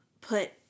put